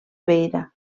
beira